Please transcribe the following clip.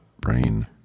brain